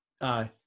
aye